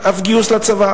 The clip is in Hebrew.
גברתי.